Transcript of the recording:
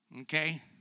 Okay